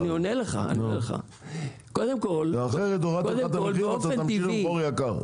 הורדתי לך את המחיר ואתה תמשיך למכור יקר.